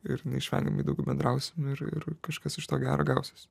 ir neišvengiamai daug bendrausim ir ir kažkas iš to gero gausis